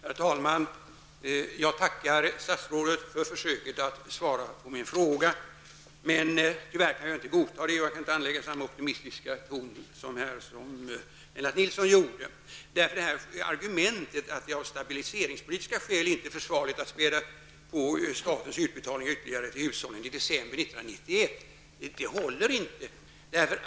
Herr talman! Jag tackar statsrådet för försöket att svara på min fråga. Men tyvärr kan jag inte godta det. Jag kan inte anlägga samma optimistiska ton som Lennart Nilsson gjorde. Argumentet att det av stabiliseringspolitiska skäl inte är försvarligt att ytterligare späda på statens utbetalningar till hushållen i december 1991 håller inte.